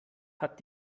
hat